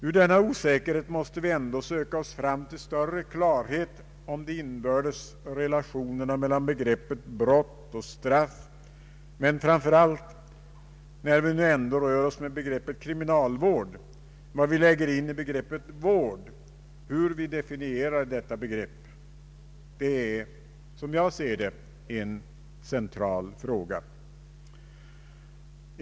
Ur denna osäkerhet måste vi ändå söka oss fram till större klarhet om de inbördes relationerna i begreppet brott och straff, men framför allt — när vi nu ändå rör oss med begreppet kriminalvård — om vad vi lägger in i begreppet ”vård”, hur vi definierar detta begrepp. Det är som jag ser det en central fråga.